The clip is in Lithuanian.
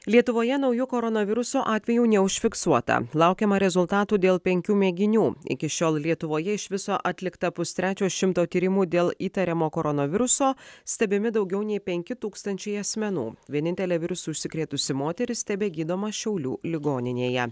lietuvoje naujų koronaviruso atvejų neužfiksuota laukiama rezultatų dėl penkių mėginių iki šiol lietuvoje iš viso atlikta pustrečio šimto tyrimų dėl įtariamo koronaviruso stebimi daugiau nei penki tūkstančiai asmenų vienintelė virusu užsikrėtusi moteris tebegydoma šiaulių ligoninėje